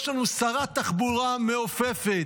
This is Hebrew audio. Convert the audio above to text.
יש לנו שרת תחבורה מעופפת.